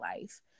life